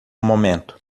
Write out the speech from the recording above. momento